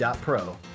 pro